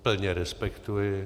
Plně respektuji.